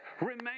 remain